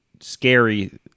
scary